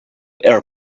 air